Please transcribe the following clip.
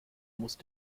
musst